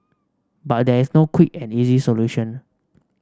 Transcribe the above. but there is no quick and easy solution